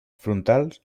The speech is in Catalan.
frontals